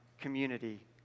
community